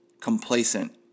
complacent